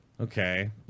Okay